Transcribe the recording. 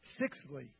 Sixthly